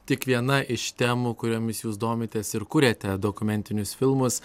tik viena iš temų kuriomis jūs domitės ir kuriate dokumentinius filmus